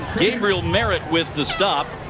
gabriel merritt with the stop.